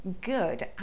good